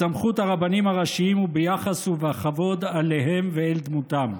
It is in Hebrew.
בסמכות הרבנים הראשיים וביחס ובכבוד אליהם ואל דמותם.